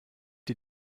die